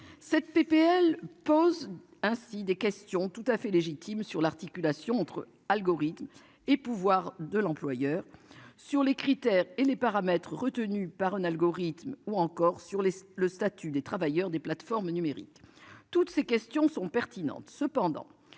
cette PPL pose ainsi des questions tout à fait légitime sur l'articulation entre algorithmes et pouvoir de l'employeur sur les critères et les paramètres retenus par un algorithme ou encore sur les le statut des travailleurs des plateformes numériques. Toutes ces questions sont pertinentes.